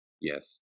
Yes